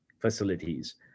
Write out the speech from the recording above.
facilities